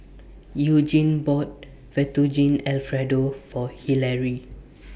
Eugene bought Fettuccine Alfredo For Hillary